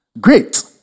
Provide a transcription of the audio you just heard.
Great